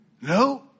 No